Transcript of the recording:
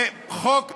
זה חוק פשוט: